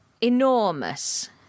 Enormous